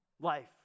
Life